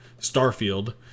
Starfield